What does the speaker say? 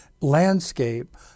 landscape